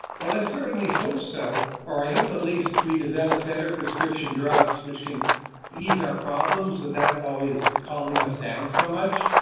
i certainly hope so, or i hope at least we develop better prescription drugs which can ease our problems without always calming us down so much.